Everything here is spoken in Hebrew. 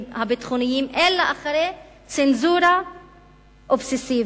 הביטחוניים אלא אחרי צנזורה אובססיבית,